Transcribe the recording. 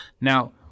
Now